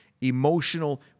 emotional